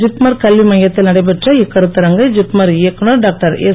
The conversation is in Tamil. ஜிப்மர் கல்வி மையத்தில் நடைபெற்ற இக்கருத்தரங்கை ஜிப்மர் இயக்குநர் டாக்டர் எஸ்